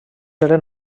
eren